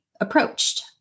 approached